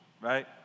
right